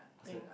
what's that